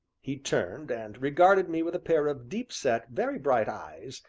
he turned and regarded me with a pair of deep-set, very bright eyes,